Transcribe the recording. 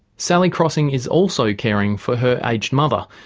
sally crossing is also caring for her aged mother.